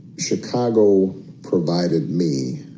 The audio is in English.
chicago provided me